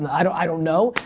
and i don't i don't know.